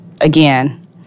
Again